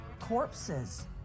corpses